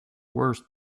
worse